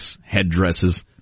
headdresses